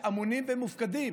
שאמונים ומופקדים